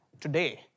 today